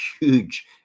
huge